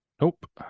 Nope